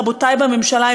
רבותי בממשלה,